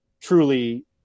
truly